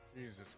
Jesus